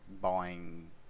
buying